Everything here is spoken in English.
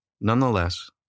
Nonetheless